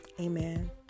Amen